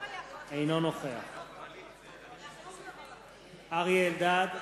אינו נוכח אריה אלדד,